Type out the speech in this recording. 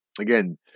again